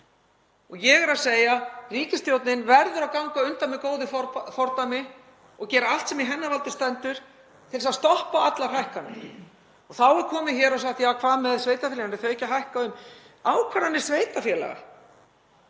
Ég er að segja að ríkisstjórnin verður að ganga á undan með góðu fordæmi og gera allt sem í hennar valdi stendur til að stoppa allar hækkanir. Þá er komið hér og sagt: Já, hvað með sveitarfélögin, eru þau ekki að hækka? Ákvarðanir sveitarfélaga